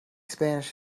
spanish